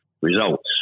results